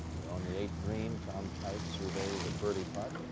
or on the eighth-green tom kite surveys a birdie putt.